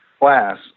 class